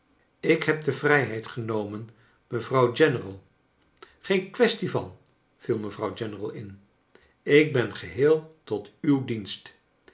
ik heb de vrijheid genomen mevrouw general geen kwestie van viol mevrouw general in ik ben geheel tot uw dienst